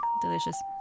Delicious